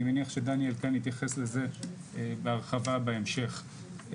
אני מניח שדניאל יתייחס לזה בהרחבה בהמשך.